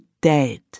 dead